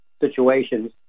situations